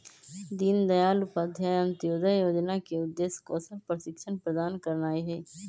दीनदयाल उपाध्याय अंत्योदय जोजना के उद्देश्य कौशल प्रशिक्षण प्रदान करनाइ हइ